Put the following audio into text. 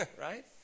right